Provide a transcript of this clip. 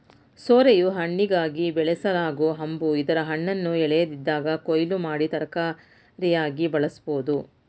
ಸೋರೆಯು ಹಣ್ಣಿಗಾಗಿ ಬೆಳೆಸಲಾಗೊ ಹಂಬು ಇದರ ಹಣ್ಣನ್ನು ಎಳೆಯದಿದ್ದಾಗ ಕೊಯ್ಲು ಮಾಡಿ ತರಕಾರಿಯಾಗಿ ಬಳಸ್ಬೋದು